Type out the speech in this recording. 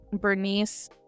Bernice